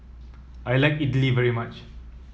I like idly very much